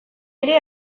ere